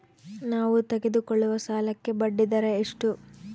ನಾವು ತೆಗೆದುಕೊಳ್ಳುವ ಸಾಲಕ್ಕೆ ಬಡ್ಡಿದರ ಎಷ್ಟು?